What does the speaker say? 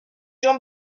jean